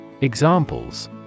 Examples